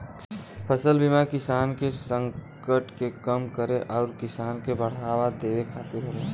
फसल बीमा किसान के संकट के कम करे आउर किसान के बढ़ावा देवे खातिर होला